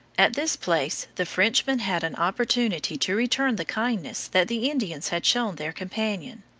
at this place the frenchmen had an opportunity to return the kindness that the indians had shown their companion,